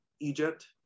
egypt